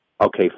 okay